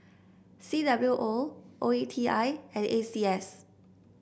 C W O O E T I and A C S